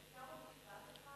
אפשר עוד משפט אחד?